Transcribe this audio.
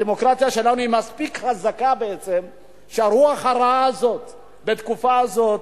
הדמוקרטיה שלנו היא מספיק חזקה בעצם כדי שהרוח הרעה הזאת בתקופה הזאת,